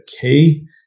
key